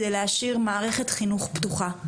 כדי להשאיר מערכת חינוך פתוחה,